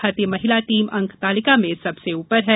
भारतीय महिला टीम अंक तालिका में सबसे उपर है